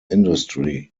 industry